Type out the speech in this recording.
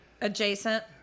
Adjacent